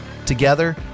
together